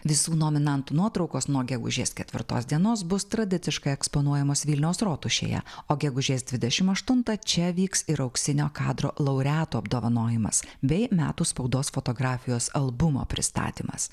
visų nominantų nuotraukos nuo gegužės ketvirtos dienos bus tradiciškai eksponuojamos vilniaus rotušėje o gegužės dvidešimt aštuntą čia vyks ir auksinio kadro laureatų apdovanojimas bei metų spaudos fotografijos albumo pristatymas